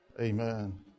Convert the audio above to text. Amen